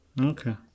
Okay